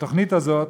התוכנית הזאת